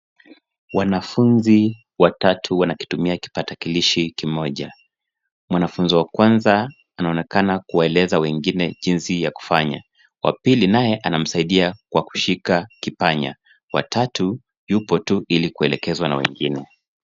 Wanafunzi watatu wanakitumia kipatakalishi kimoja. Mwanafunzi wa kwanza anaonekana kuewaeleza wengine jinsi ya kufanya, wa pili naye anamsaidia kwa kushika kipanya, wa tatu yupo tu ili kuelekezwa na wengine.